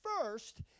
First